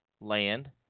land